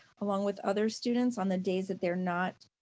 along with other students on the days that they're not,